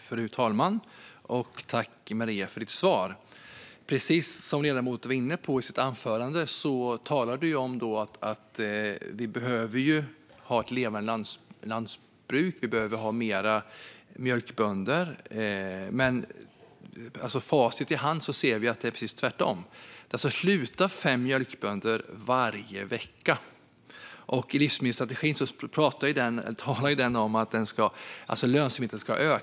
Fru talman! I sitt anförande talade ledamoten om att vi behöver ha ett levande lantbruk och fler mjölkbönder. Men med facit i hand ser vi att det är precis tvärtom. Det slutar fem mjölkbönder varje vecka. I livsmedelsstrategin står det att lönsamheten ska öka.